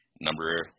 number